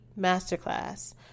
masterclass